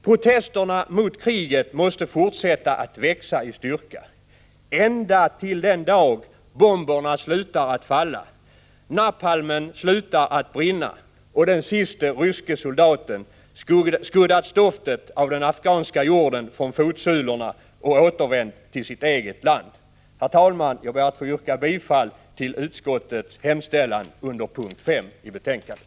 Protesterna mot kriget måste fortsätta att växa i styrka ända till den dag bomberna slutar att falla, napalmen slutar att brinna och den siste ryske soldaten skuddat stoftet av den afghanska jorden från fotsulorna och återvänt till sitt eget land. Herr talman! Jag ber att få yrka bifall till utskottets hemställan under punkt 5 i betänkandet.